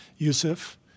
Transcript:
Yusuf